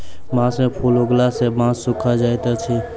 बांस में फूल उगला सॅ बांस सूखा जाइत अछि